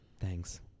Thanks